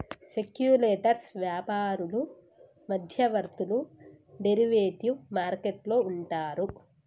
speculators వ్యాపారులు మధ్యవర్తులు derivative market లో ఉంటారు